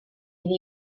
iddi